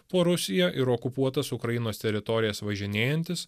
po rusiją ir okupuotas ukrainos teritorijas važinėjantis